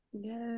yes